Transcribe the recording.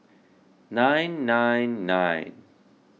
nine nine nine